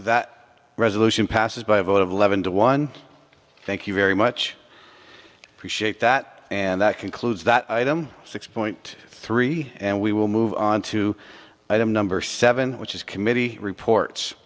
that resolution passes by a vote of eleven to one thank you very much appreciate that and that concludes that item six point three and we will move on to item number seven which is committee reports